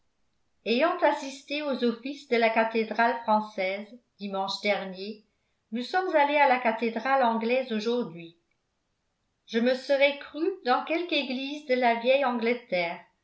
ayant assisté aux offices de la cathédrale française dimanche dernier nous sommes allés à la cathédrale anglaise aujourd'hui je me serais cru dans quelque église de la vieille angleterre